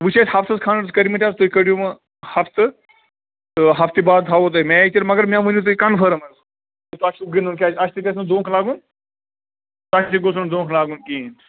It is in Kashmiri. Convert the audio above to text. وٕ چھِ اَسۍ ہفتَس کھنڈَس کٔرمٕتۍ حظ تُہۍ کٔڑیُو وٕ ہَفتہٕ تہٕ ہفتہٕ بعد تھاوَو تۄہہ میچ تیٚلہِ مگر مےٚ ؤنیو تُہۍ کفٲرٕم حظ تۄہہِ چھُو گِنٛدُن کیٛازِ اَسہِ تہِ گژھ نہٕ دھونٛکھ لگُن تۄہہِ تہِ گوژھ نہٕ دھونٛکھ لگُن کِہیٖنۍ